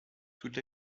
toutes